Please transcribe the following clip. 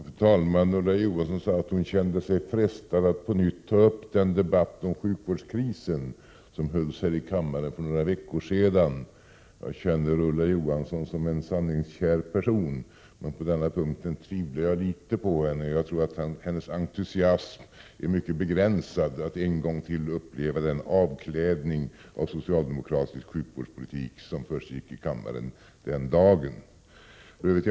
Fru talman! Ulla Johansson sade att hon kände sig frestad att på nytt ta upp den debatt om sjukvårdskrisen som hölls här i kammaren för några veckor sedan. Jag känner Ulla Johansson som en sanningskär person. På denna punkt tvivlar jag emellertid något på hennes ord. Jag tror att hennes entusiasm att en gång till uppleva den avklädning av socialdemokratisk sjukvårdspolitik som försiggick i kammaren den dagen är begränsad.